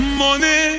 money